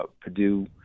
Purdue –